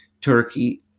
Turkey